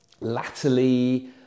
latterly